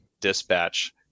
Dispatch